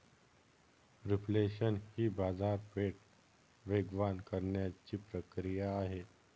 reflation ही बाजारपेठ वेगवान करण्याची प्रक्रिया आहे